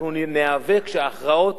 אנחנו ניאבק שההכרעות